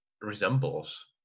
resembles